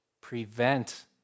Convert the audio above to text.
prevent